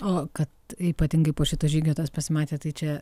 o kad ypatingai po šito žygio tas pasimatė tai čia